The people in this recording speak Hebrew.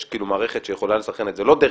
יש מערכת שיכולה לסנכרן את זה לא דרך